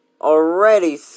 Already